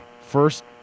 first